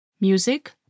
Music